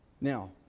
Now